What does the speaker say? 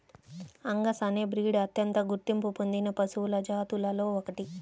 Angus అనే breed అత్యంత గుర్తింపు పొందిన పశువుల జాతులలో ఒకటి